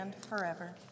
forever